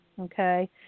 Okay